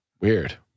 Weird